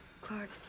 Clark